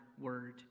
word